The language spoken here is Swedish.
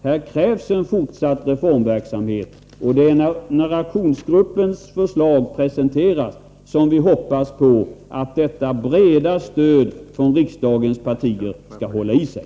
Här krävs en fortsatt reformverksamhet, och det är när aktionsgruppens förslag presenteras som vi hoppas att detta breda stöd från riksdagens partier skall hålla i sig.